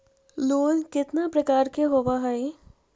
Loan केतना प्रकार के होव हइ?